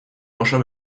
oso